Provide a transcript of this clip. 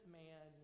man